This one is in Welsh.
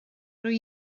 rydw